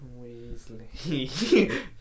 Weasley